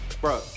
Bro